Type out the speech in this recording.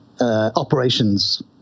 operations